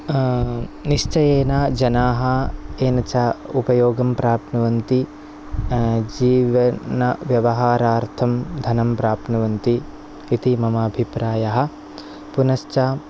निश्चयेन जनाः येन च उपयोगं प्राप्नुवन्ति जिवनव्यवहारार्थं धनं प्राप्नुवन्ति इति मम अभिप्रायः पुनश्च